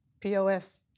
pos